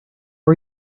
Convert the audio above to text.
are